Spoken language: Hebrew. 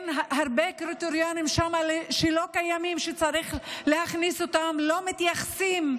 הרבה קריטריונים שצריך להכניס לא קיימים